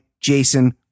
Jason